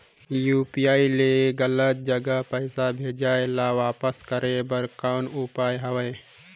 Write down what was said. UPI ले गलत जगह पईसा भेजाय ल वापस करे बर कौन उपाय हवय?